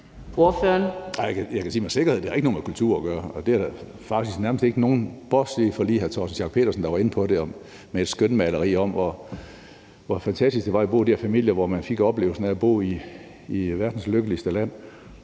Jeg kan sige med sikkerhed, at det ikke har noget med kultur at gøre. Det var der faktisk nærmest ikke nogen der var inde på – bortset lige fra hr. Torsten Schack Pedersen, der var inde på det med et skønmaleri af, hvor fantastisk det var at bo i de her familier, hvor man fik oplevelsen af at bo i verdens lykkeligste land.